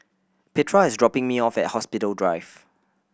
Petra is dropping me off at Hospital Drive